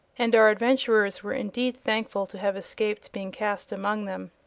and our adventurers were indeed thankful to have escaped being cast among them.